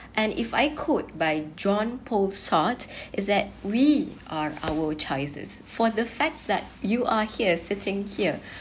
and if I could by drawn pole sort is that we are our choices for the fact that you are here sitting here